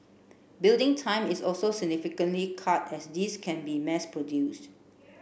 building time is also cut as these can be mass produced